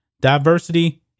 diversity